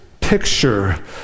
picture